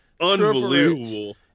Unbelievable